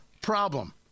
problem